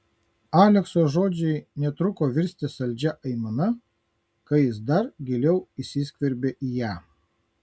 alekso žodžiai netruko virsti saldžia aimana kai jis dar giliau įsiskverbė į ją